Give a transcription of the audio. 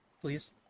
please